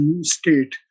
state